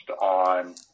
on